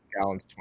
Gallon's